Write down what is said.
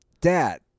Dad